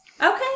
Okay